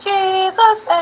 Jesus